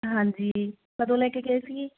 ਹਾਂਜੀ ਕਦੋਂ ਲੈ ਕੇ ਗਏ ਸੀਗੇ